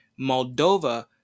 Moldova